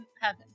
heaven